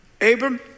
Abram